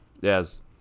Yes